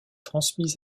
transmis